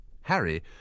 Harry